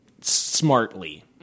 smartly